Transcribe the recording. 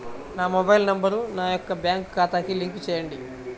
నా mobile number నా యొక్క బ్యాంక్ ఖాతాకి లింక్ చేయండీ?